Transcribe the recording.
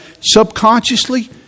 subconsciously